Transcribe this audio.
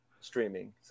streaming